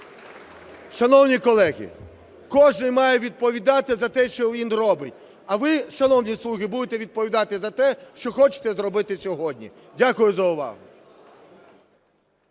Шановні колеги, кожен має відповідати за те, що він робить. А ви, шановні "слуги", будете відповідати за те, що хочете зробити сьогодні. Дякую за увагу.